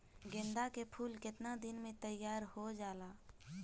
गेंदा के फूल केतना दिन में तइयार हो जाला?